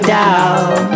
down